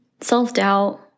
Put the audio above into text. self-doubt